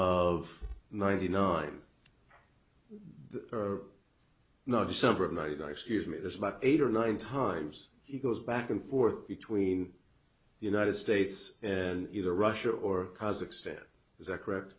of ninety nine or not december of ninety one excuse me there's about eight or nine times he goes back and forth between the united states and either russia or has extended is that correct